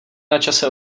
načase